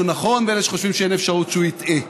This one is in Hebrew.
נכון ולאלה שחושבים שאין אפשרות שהוא יטעה.